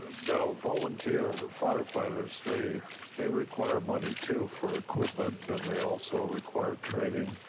ah now, volunteer firefighters, they they require money too, for equipment, and they also require training.